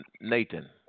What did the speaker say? Nathan